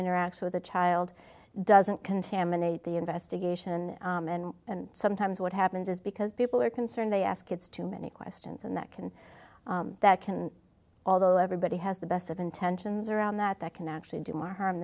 interacts with the child doesn't contaminate the investigation and sometimes what happens is because people are concerned they ask it's too many questions and that can that can although everybody has the best of intentions around that that can actually do more harm